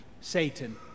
Satan